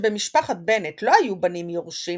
שבמשפחת בנט לא היו בנים יורשים,